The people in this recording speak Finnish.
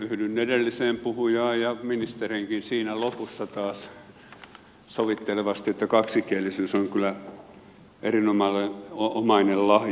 yhdyn edelliseen puhujaan ja ministeriinkin siinä lopussa taas sovittelevasti että kaksikielisyys on kyllä erinomainen lahja